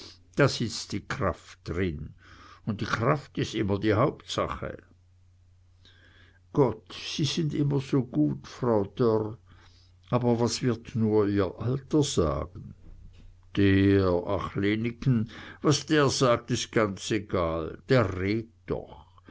da sitzt die kraft drin und die kraft is immer die hauptsache gott sie sind immer so gut frau dörr aber was wird nur ihr alter sagen der ach leneken was der sagt is ganz egal der redt doch